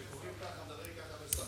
כשקוראים ככה ומדברים ככה לשר,